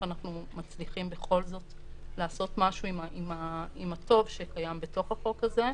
אנחנו מצליחים בכל זאת לעשות משהו עם הטוב שקיים בתוך החוק הזה.